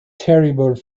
terrible